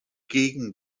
gegen